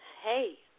hey